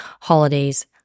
holidays